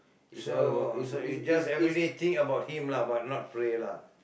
so so you just every day think about him lah but not pray lah